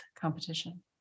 competition